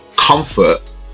comfort